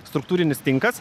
struktūrinis tinkas